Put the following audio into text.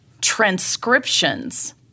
transcriptions